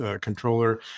controller